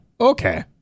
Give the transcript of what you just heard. okay